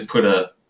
put a